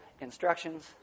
instructions